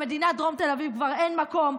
במדינת דרום תל אביב כבר אין מקום,